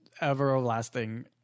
everlasting